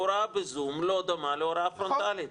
הוראה בזום לא דומה להוראה פרונטלית,